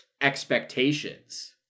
expectations